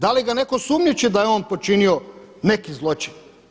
Da li ga netko sumnjiči da je on počinio neki zločin?